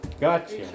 Gotcha